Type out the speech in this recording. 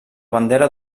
bandera